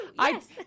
yes